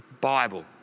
Bible